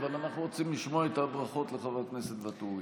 אבל אנחנו רוצים לשמוע את הברכות לחבר הכנסת ואטורי.